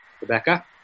Rebecca